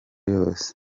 yose